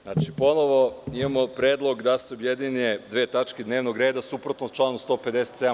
Znači, ponovo imamo predlog da se objedine dve tačke dnevnog reda, a suprotno članu 157.